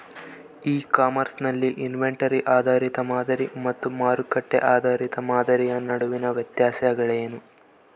E commerce ನಲ್ಲಿ inventory ಆಧಾರಿತ ಮಾದರಿ ಮತ್ತು ಮಾರುಕಟ್ಟೆ ಆಧಾರಿತ ಮಾದರಿಯ ನಡುವಿನ ವ್ಯತ್ಯಾಸಗಳೇನು?